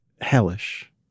hellish